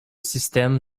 système